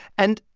and,